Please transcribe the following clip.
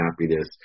happiness